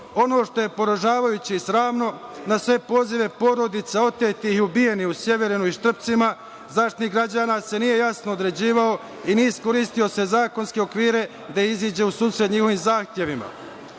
ono što je poražavajuće i sramno na sve pozive porodica otetih i ubijenih u Sjeverinu i Štrpcima , Zaštitnik građana se nije jasno određivao i nije iskoristio sve zakonske okvire da izađe u susret njihovim zahtevima